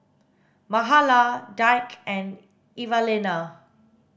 Mahala Dirk and Evelena